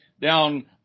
down